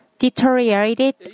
deteriorated